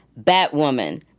Batwoman